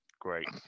great